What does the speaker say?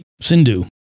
Sindhu